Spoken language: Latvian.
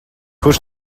kurš